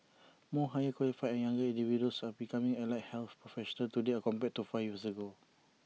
more higher qualified and younger individuals are becoming allied health professionals today compared to five years ago